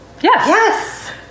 yes